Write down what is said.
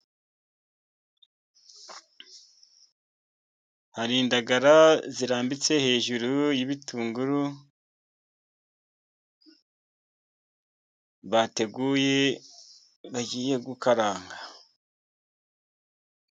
Hari indagara zirambitse hejuru y'ibitunguru, bateguye bagiye gukaranga.